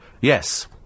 Yes